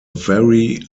very